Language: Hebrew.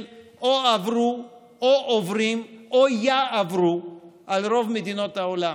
או עברו או עוברים או יעברו על רוב מדינות העולם.